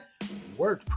WordPress